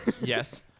Yes